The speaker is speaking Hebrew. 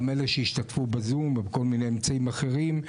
גם אלה שהשתתפו בזום ובכל מיני אמצעים אחרים.